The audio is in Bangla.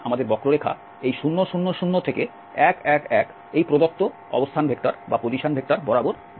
সুতরাং আমরা আমাদের বক্ররেখা এই 0 0 0 থেকে 1 1 1 এই প্রদত্ত অবস্থান ভেক্টর বরাবর যায়